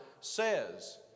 says